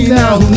now